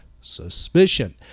Suspicion